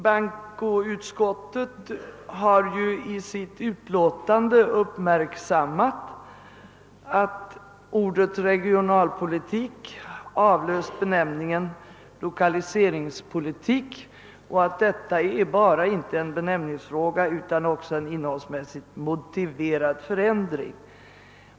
Bankoutskottet har i sitt utlåtande uppmärksammat att ordet regionalpolitik avlöst benämningen 1okaliseringspolitik och att detta inte bara är en benämningsfråga utan också en innehållsmässigt motiverad förändring.